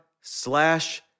slash